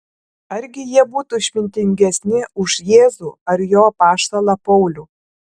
argi jie būtų išmintingesni už jėzų ar jo apaštalą paulių